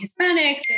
Hispanics